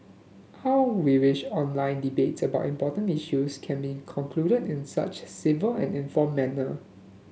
how we wish online debates about important issues can be concluded in such a civil and informed manner